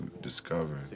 discover